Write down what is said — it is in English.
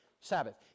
sabbath